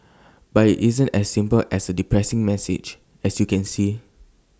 but IT isn't as simple as A depressing message as you can see